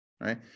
Right